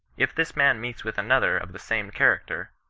if this man meets with another of the same character,